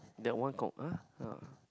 that one got uh !huh!